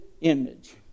image